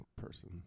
person